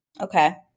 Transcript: Okay